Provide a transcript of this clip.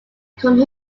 come